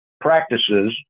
practices